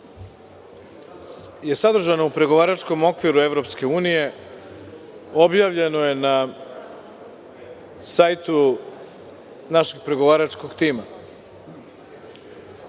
je sadržano u pregovaračkom okviru EU, objavljeno je na sajtu našeg pregovaračkog tima.